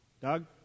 Doug